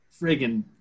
friggin